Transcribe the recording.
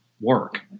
work